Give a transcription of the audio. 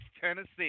Tennessee